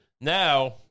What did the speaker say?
Now